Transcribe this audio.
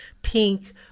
pink